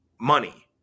money